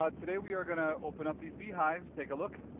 ah today we are going to open up these beehives, take a look,